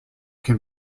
can